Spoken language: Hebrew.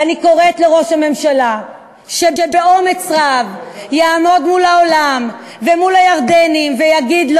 ואני קוראת לראש הממשלה שבאומץ רב יעמוד מול העולם ומול הירדנים ויגיד: